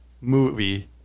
movie